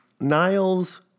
Niles